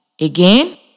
Again